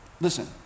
Listen